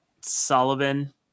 Sullivan